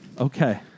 Okay